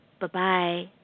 Bye-bye